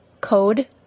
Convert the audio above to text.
Code